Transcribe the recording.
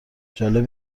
جالب